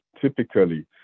typically